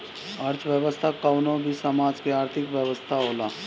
अर्थव्यवस्था कवनो भी समाज के आर्थिक व्यवस्था होला